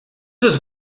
was